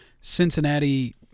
Cincinnati